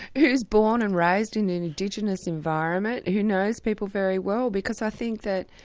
who's born and raised in an indigenous environment, who knows people very well. because i think that